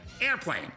airplane